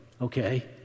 Okay